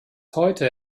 heute